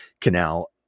Canal